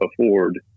afford